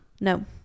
No